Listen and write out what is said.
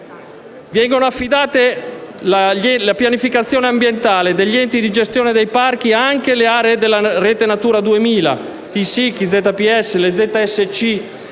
Vengono affidate alle pianificazioni ambientali degli enti di gestione dei parchi anche le aree della rete Natura 2000, i siti di interesse